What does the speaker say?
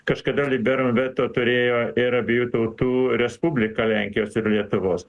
kažkada liberum veto turėjo ir abiejų tautų respublika lenkijos ir lietuvos